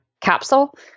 capsule